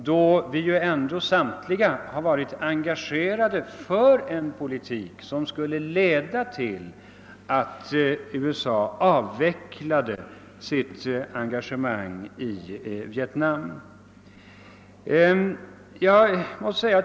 Vi har ju ändå alla varit engagerade för en politik som skulle 1eda till att USA avvecklade sitt engagemang i Vietnam.